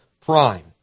prime